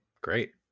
great